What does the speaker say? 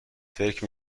فکر